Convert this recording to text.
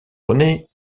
rené